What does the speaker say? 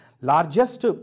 largest